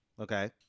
Okay